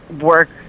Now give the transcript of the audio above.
work